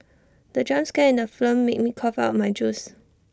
the jump scare in the film made me cough out my juice